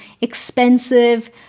expensive